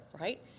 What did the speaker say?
right